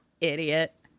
Idiot